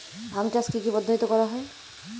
আম চাষ কি কি পদ্ধতিতে করা হয়?